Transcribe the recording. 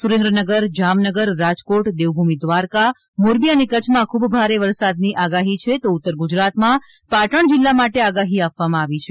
સુરેન્દ્રનગર જામનગર રાજકોટ દેવભૂમિ દ્વારકા મોરબી અને કચ્છમાં ખૂબ ભારે વરસાદની અગાહી છે તો ઉત્તર ગુજરાતમાં પાટણ જિલ્લા માટે આગાહી આપવામાં આવી છે